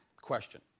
question